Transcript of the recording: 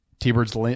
T-Birds